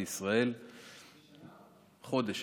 מדינת ישראל צריכה לעשות מה שהיא צריכה,